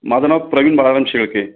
माझं नाव प्रवीण बाळाराम शेळके